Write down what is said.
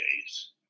days